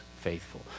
faithful